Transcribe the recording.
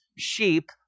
sheep